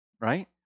right